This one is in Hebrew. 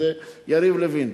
וזה יריב לוין.